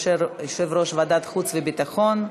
יושב-ראש ועדת החוץ והביטחון,